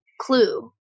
clue